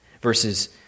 Verses